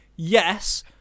Yes